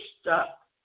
stuck